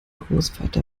großvater